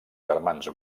germans